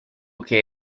che